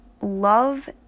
love